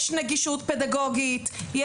יש נגישות פדגוגית,